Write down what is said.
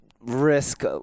risk